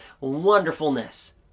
wonderfulness